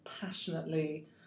passionately